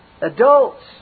Adults